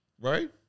right